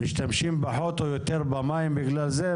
משתמשים פחות או יותר במים בגלל זה?